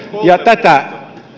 ja tätä